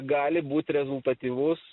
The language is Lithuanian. gali būt rezultatyvus